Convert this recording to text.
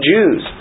Jews